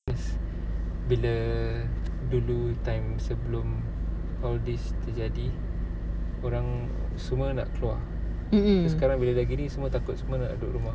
mm mm